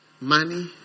money